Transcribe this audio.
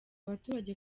abaturage